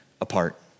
apart